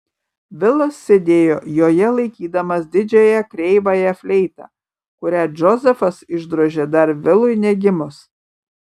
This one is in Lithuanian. vilas sėdėjo joje laikydamas didžiąją kreivąją fleitą kurią džozefas išdrožė dar vilui negimus